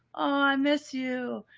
i miss you.